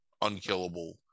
unkillable